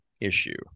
issue